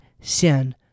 sin